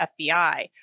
FBI